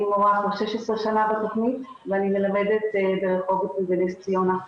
אני מורה כבר 16 שנה בתכנית ואני מלמדת ברחובות ובנס ציונה.